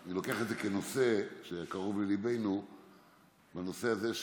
אז אני לוקח את זה כנושא שקרוב לליבנו בנושא הזה.